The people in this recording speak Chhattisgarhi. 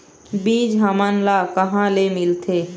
बीज हमन ला कहां ले मिलथे?